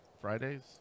Fridays